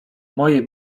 moje